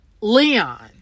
Leon